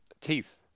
Teeth